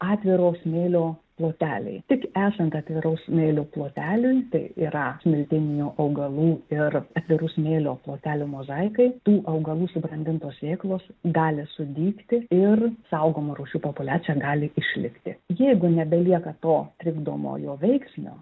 atviro smėlio ploteliai tik esant atviraus smėlio ploteliui tai yra smiltyninių augalų ir atvirų smėlio plotelių mozaikai tų augalų subrandintos sėklos gali sudygti ir saugoma rūšių populiacija gali išlikti jeigu nebelieka to trikdomojo veiksnio